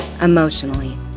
emotionally